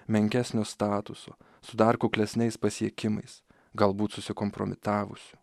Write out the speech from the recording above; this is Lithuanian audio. menkesnio statuso su dar kuklesniais pasiekimais galbūt susikompromitavusių